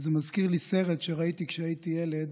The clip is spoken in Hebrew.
וזה מזכיר לי סרט שראיתי כשהייתי ילד,